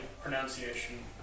pronunciation